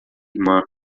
irmã